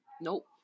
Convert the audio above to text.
Nope